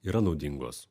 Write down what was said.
yra naudingos